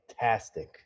fantastic